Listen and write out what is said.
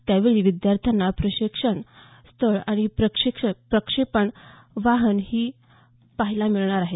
यावेळी विद्यार्थ्यांना प्रक्षेपण स्थळ आणि प्रक्षेपण वाहन ही पाहायला मिळणार आहे